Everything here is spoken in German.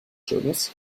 schönes